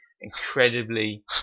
incredibly